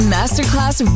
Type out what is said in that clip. Masterclass